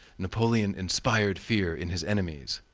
napoleon inspired fear in his enemies.